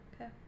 okay